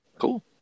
Cool